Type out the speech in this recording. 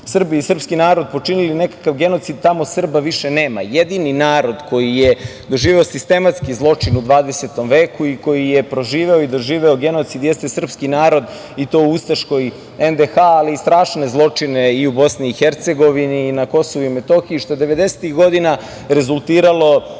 Srbi i srpski narod počinili nekakav genocid, tamo Srba više nema. Jedini narod koji je doživeo sistematski zločin u 20. veku i koji je proživeo i doživeo genocid jeste srpski narod, i to u ustaškoj NDH, ali i strašne zločine i u Bosni i Hercegovini i na Kosovu i Metohiji, što je devedesetih godina rezultiralo